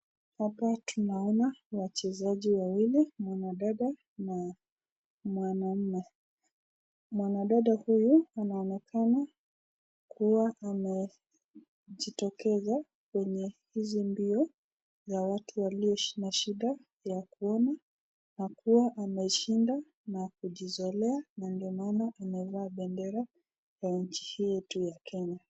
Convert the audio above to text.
Hapa tunaona wachezaji wawili mwanadada na mwanaume. Mwanadada huyu anaonekana kuwa amejitokeza kwenye hizi mbio za watu walio na shida ya kuona kwa kuwa ameshinda na kujizolea na ndio maana amevaa bendera ya nchi hii yetu ya kenya.